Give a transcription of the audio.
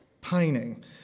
pining